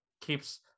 keeps